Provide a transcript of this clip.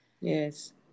Yes